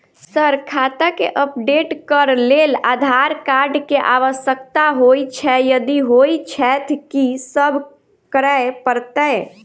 Sir खाता केँ update करऽ लेल आधार कार्ड केँ आवश्यकता होइ छैय यदि होइ छैथ की सब करैपरतैय?